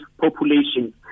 population